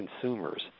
consumers